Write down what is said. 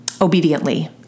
obediently